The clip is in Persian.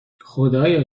خدایا